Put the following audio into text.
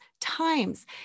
times